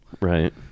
Right